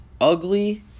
ugly